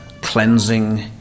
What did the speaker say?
cleansing